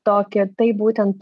tokį tai būtent